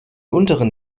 unteren